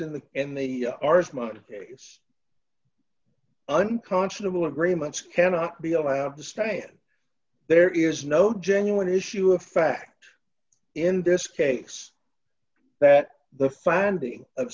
in the in the r s mud case unconscionable agreements cannot be allowed to stand there is no genuine issue of fact in this case that the finding of